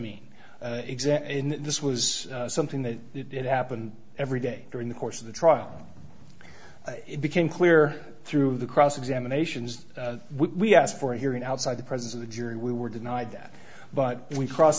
in this was something that it happened every day during the course of the trial it became clear through the cross examinations we asked for a hearing outside the presence of the jury we were denied that but we cross